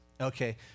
Okay